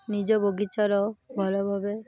ନିଜ ବଗିଚାର ଭଲ ଭାବେ